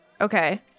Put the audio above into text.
okay